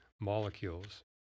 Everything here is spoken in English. molecules